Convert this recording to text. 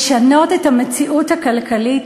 לשנות את המציאות הכלכלית